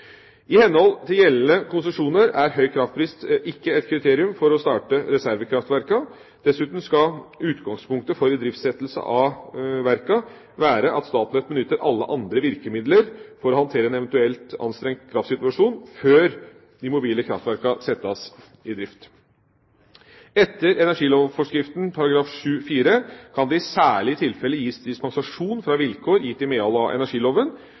i Stortinget i fjor vår. I henhold til gjeldende konsesjoner er høy kraftpris ikke et kriterium for å starte reservekraftverkene. Dessuten skal utgangspunktet for idriftsettelse av verkene være at Statnett benytter alle andre virkemidler for å håndtere en eventuell anstrengt kraftsituasjon før de mobile kraftverkene settes i drift. Etter energilovforskriften § 7-4 kan det i særlig tilfeller gis dispensasjon fra vilkår gitt i